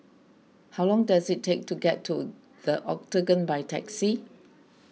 how long does it take to get to the Octagon by taxi